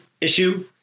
issue